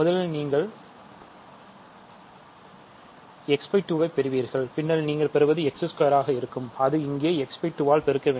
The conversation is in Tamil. முதல் நீங்கள் x2 ஐ பெறுவீர்கள் பின்னர் நீங்கள் பெறுவது இங்கே x2 ஆக இருக்கும் அது இங்கே x 2 ஆல் பெருக்க வேண்டும்